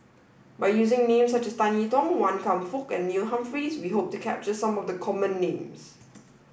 by using names such as Tan I Tong Wan Kam Fook and Neil Humphreys we hope to capture some of the common names